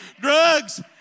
Drugs